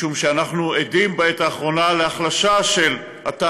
משום שאנחנו עדים בעת האחרונה להחלשה של התא